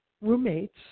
roommates